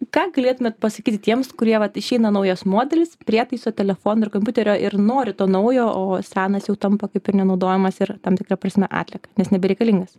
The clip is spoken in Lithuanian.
ką galėtumėt pasakyti tiems kurie vat išeina naujas modelis prietaiso telefono ir kompiuterio ir nori to naujo o senas jau tampa kaip ir nenaudojamas ir tam tikra prasme atlieka nes nebereikalingas